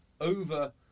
over